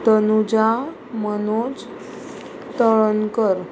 Tanuja Manoj Talnakar